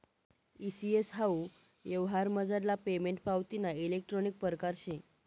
E CS हाऊ यवहारमझार payment पावतीना इलेक्ट्रानिक परकार शे